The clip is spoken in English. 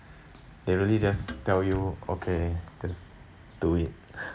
they really just tell you okay just do it